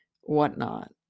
whatnot